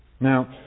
Now